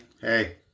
Hey